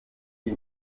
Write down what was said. die